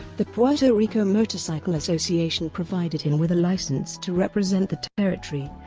the puerto rico motorcycle association provided him with a license to represent the territory,